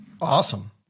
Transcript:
Awesome